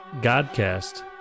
Godcast